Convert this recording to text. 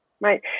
Right